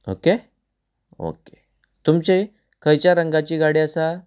okay okay तुमची खंयच्या रंगाची गाडी आसा